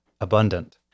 abundant